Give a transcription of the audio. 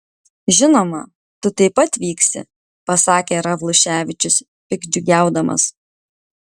žinoma tu taip pat vyksi pasakė ravluševičius piktdžiugiaudamas